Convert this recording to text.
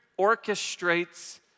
orchestrates